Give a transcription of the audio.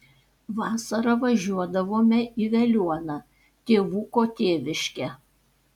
vasarą važiuodavome į veliuoną tėvuko tėviškę